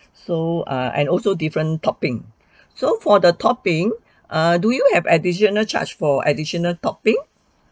so err and also different topping so for the topping err do you have additional charge for additional topping